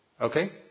Okay